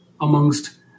amongst